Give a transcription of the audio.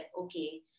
okay